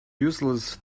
useless